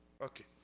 Okay